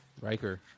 Riker